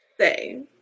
say